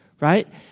Right